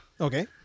Okay